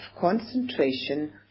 concentration